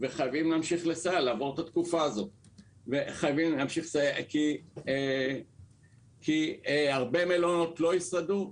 וחייבים להמשיך לסייע לעבור את התקופה הזאת כי הרבה מלונות לא ישרדו.